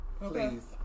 please